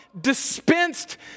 dispensed